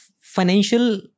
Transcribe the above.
financial